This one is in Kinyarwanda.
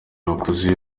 bakuze